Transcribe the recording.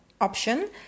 option